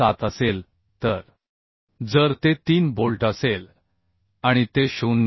7 असेल तर जर ते 3 बोल्ट असेल आणि ते 0